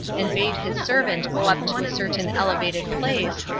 and bade his servant go up to a certain elevated place,